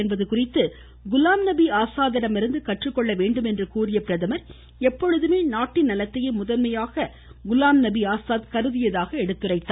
என்பது குறித்து குலாம்நபி ஆசாத்திடமிருந்து கற்றுக்கொள்ள வேண்டும் என்று கூறிய பிரதமர் எப்பொழுதுமே நாட்டின் நலத்தையே முதன்மையாக குலாம் நபி ஆசாத் கருதியதாக எடுத்துரைத்தார்